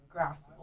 graspable